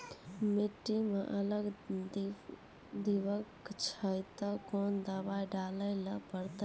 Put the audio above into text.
मिट्टी मे अगर दीमक छै ते कोंन दवाई डाले ले परतय?